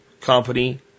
company